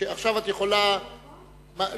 עכשיו את יכולה לשאול